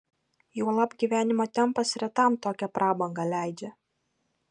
juolab gyvenimo tempas retam tokią prabangą leidžia